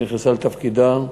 שנכנסה לתפקידה,